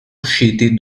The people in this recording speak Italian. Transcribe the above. usciti